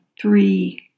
three